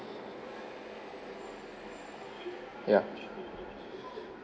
ya